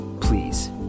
Please